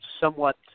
somewhat